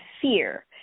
fear